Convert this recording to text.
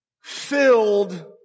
filled